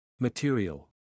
Material